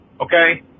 okay